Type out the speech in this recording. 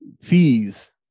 fees